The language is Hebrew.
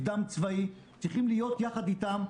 קדם צבאי צריכים להיות יחד איתם,